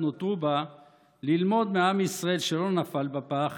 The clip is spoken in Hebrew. נותרו בה ללמוד מעם ישראל שלא נפל בפח